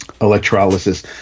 electrolysis